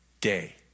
day